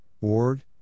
Ward